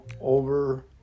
over